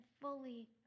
fully